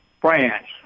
France